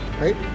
Right